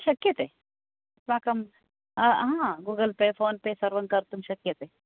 शक्यते अस्माकं Google Pay PhonePe सर्वं कर्तुं शक्यते